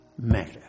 matter